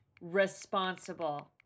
Responsible